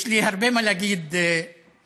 יש לי הרבה מה להגיד נגדך,